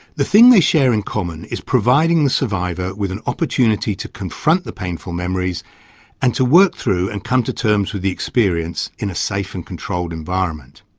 the thing they share in common is providing the survivor with an opportunity to confront the painful memories and to work through and come to terms with the experience in a safe and controlled environment.